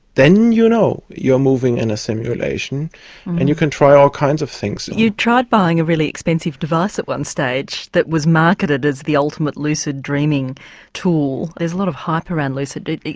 then you know you are moving in a simulation and you can try all kinds of things. you tried buying a really expensive device at one stage that was marketed as the ultimate lucid dreaming tool. there's a lot of hype around lucid.